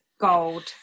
gold